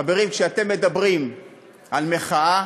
חברים, כשאתם מדברים על מחאה,